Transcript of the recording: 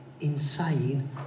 insane